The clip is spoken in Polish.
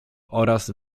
oraz